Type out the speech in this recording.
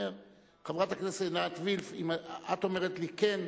חברת הכנסת עינת וילף, את אומרת לי כן,